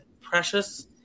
precious